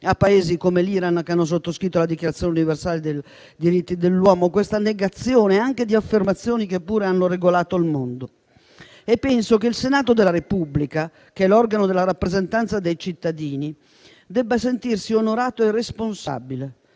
a Paesi come l'Iran che hanno sottoscritto la Dichiarazione universale dei diritti dell'uomo; penso a questa negazione, anche di affermazioni che pure hanno regolato il mondo. Penso che il Senato della Repubblica, che è l'organo della rappresentanza dei cittadini, debba sentirsi responsabile